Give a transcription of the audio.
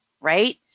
right